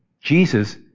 Jesus